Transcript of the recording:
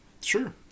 Sure